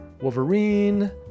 Wolverine